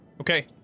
Okay